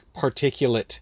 particulate